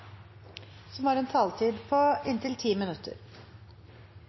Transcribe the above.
som heretter får ordet, har en taletid på inntil 3 minutter.